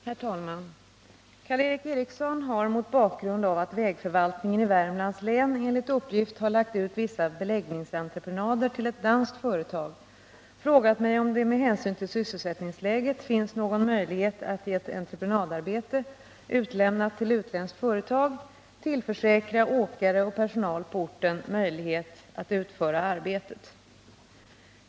Herr talman! Karl Erik Eriksson har mot bakgrund av att vägförvaltningen i Värmlands län enligt uppgift har lagt ut vissa beläggningsentreprenader till ett danskt företag frågat mig, om det med hänsyn till sysselsättningsläget finns någon möjlighet att i ett entreprenadarbete, utlämnat till utländskt företag, tillförsäkra åkare och personal på orten möjlighet att utföra arbetet.